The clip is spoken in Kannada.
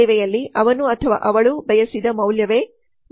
ಸೇವೆಯಲ್ಲಿ ಅವನು ಅಥವಾ ಅವಳು ಬಯಸಿದ ಮೌಲ್ಯವೇ ಮೌಲ್ಯ